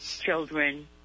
children